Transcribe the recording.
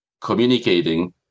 communicating